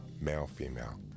male-female